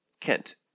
Kent